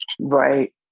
Right